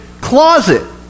closet